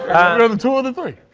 um two or the three.